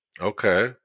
okay